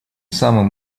самым